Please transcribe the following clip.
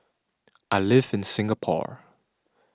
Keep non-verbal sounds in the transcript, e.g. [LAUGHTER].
[NOISE] I live in Singapore